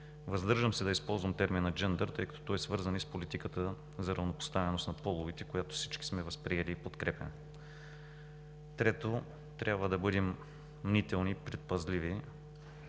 Въздържам се да използвам термина „джендър“, тъй като той е свързан и с политиката за равнопоставеност на половете, която всички сме възприели и подкрепяме. Трето, трябва да бъдем мнителни и предпазливи,